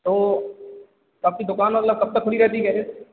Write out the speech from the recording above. तो आपकी दुकान मतलब कब तक खुली रहती गेरज